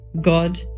God